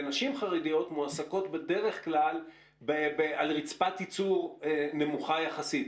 ונשים חרדיות מועסקות בדרך כלל על ריצפת ייצור נמוכה יחסית.